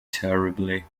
terribly